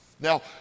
Now